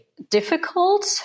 difficult